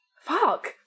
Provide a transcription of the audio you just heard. Fuck